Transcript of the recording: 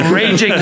raging